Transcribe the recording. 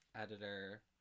editor